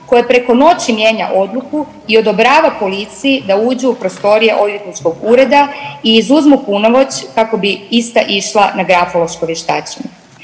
koje preko noći mijenja odluku i odobrava policiji da uđu u prostorije odvjetničkog ureda i izuzmu punomoć kako bi ista išla na grafološko vještačenje.